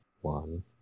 one